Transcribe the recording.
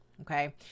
okay